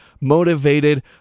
motivated